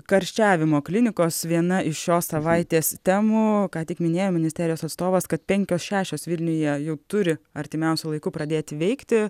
karščiavimo klinikos viena iš šios savaitės temų ką tik minėjo ministerijos atstovas kad penkios šešios vilniuje jau turi artimiausiu laiku pradėti veikti